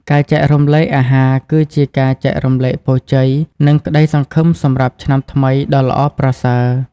ការចែករំលែកអាហារគឺជាការចែករំលែកពរជ័យ និងក្ដីសង្ឃឹមសម្រាប់ឆ្នាំថ្មីដ៏ល្អប្រសើរ។